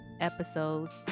episodes